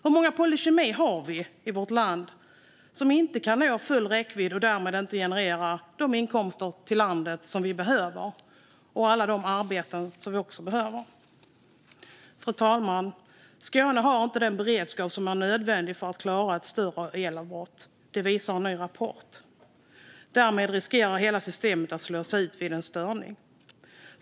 Hur många Polykemi har vi i vårt land som inte kan nå full räckvidd och därmed inte genererar de inkomster till landet som vi behöver och alla de arbeten som vi också behöver? Fru talman! Skåne har inte den beredskap som är nödvändig för att klara ett större elavbrott. Det visar en ny rapport. Därmed riskerar hela systemet att slås ut vid en störning.